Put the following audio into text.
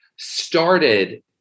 started